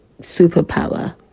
superpower